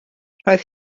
roedd